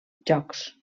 jocs